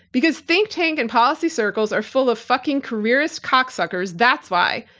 because think tank and policy circles are full of fucking careerist cocksuckers that's why.